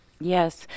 yes